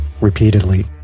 repeatedly